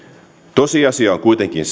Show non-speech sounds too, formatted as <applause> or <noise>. tosiasia on kuitenkin <unintelligible>